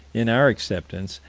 in our acceptance,